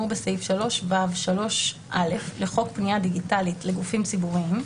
בסעיף 3ו(3)(א) לחוק פנייה דיגיטלית לגופים ציבוריים,